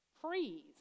Freeze